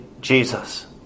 Jesus